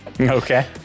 Okay